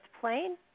plane